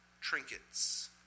trinkets